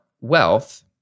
wealth